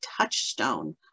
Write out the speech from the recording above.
touchstone